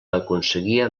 aconseguia